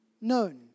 known